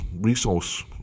resource